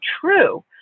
true